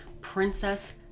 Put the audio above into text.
Princess